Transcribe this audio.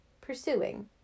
pursuing